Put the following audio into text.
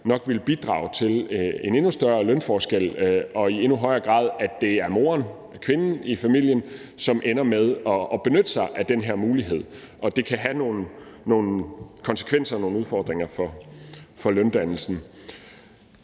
nok vil bidrage til en endnu større lønforskel og i endnu højere grad til, at det er moderen, kvinden i familien, som ender med at benytte sig af den her mulighed, og at det kan have nogle konsekvenser og nogle udfordringer for løndannelsen.